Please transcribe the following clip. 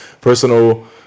personal